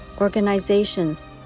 organizations